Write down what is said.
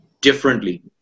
differently